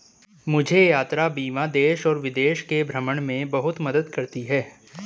मुझे यात्रा बीमा देश और विदेश के भ्रमण में बहुत मदद करती है